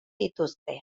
dituzte